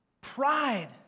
Pride